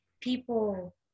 people